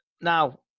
now